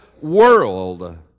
world